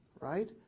Right